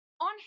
On